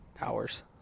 Hours